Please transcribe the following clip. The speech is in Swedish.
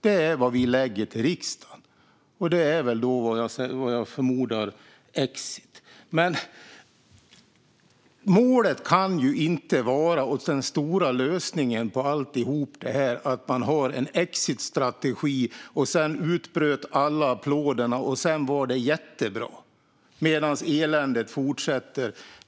Det är vad vi lägger fram för riksdagen, och det förmodar jag är exit. Men målet och den stora lösningen på allt det här kan ju inte vara att man har en exitstrategi, och sedan utbryter applåder och allt är jättebra - medan eländet i Mali fortsätter.